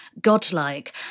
godlike